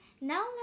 now